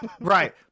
right